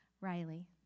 Riley